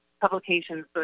publications